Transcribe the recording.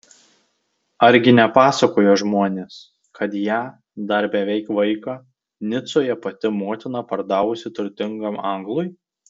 argi nepasakojo žmonės kad ją dar beveik vaiką nicoje pati motina pardavusi turtingam anglui